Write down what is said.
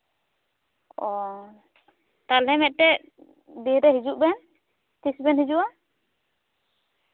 ᱚ ᱛᱟᱦᱚᱞᱮ ᱢᱤᱫᱴᱮᱡ ᱰᱮᱴᱨᱮ ᱦᱤᱡᱩᱜ ᱵᱮᱱ ᱛᱤᱥᱵᱮᱱ ᱦᱤᱡᱩᱜᱼᱟ